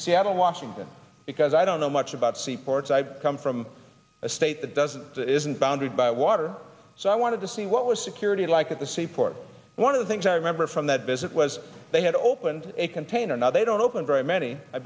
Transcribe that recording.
seattle washington because i don't know much about seaports i come from a state that doesn't this isn't bounded by water so i wanted to see what was security like at the seaport one of the things i remember from that visit was they had opened a container they don't open very many i